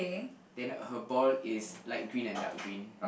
then her ball is light green and dark green